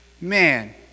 Man